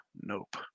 nope